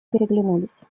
переглянулись